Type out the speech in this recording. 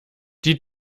die